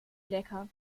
lecker